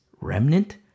remnant